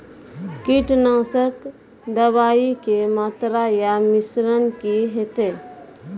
कीटनासक दवाई के मात्रा या मिश्रण की हेते?